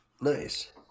Nice